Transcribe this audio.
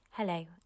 Hello